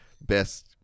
best